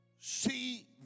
see